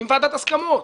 עם ועדת הסכמות,